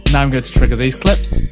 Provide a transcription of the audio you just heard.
and i'm going to trigger these clips.